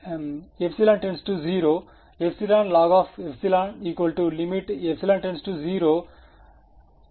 எனவே இப்போது அது எந்த வடிவத்தில் உள்ளது